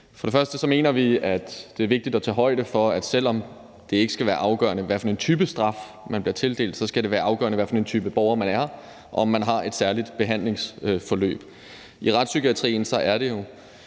det. Vi mener, at det er vigtigt at tage højde for, at selv om det ikke skal være afgørende, hvad for en type straf man bliver tildelt, så skal det være afgørende, hvad for en type borger man er, og om man har et særligt behandlingsforløb.I retspsykiatrien er der jo